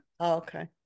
Okay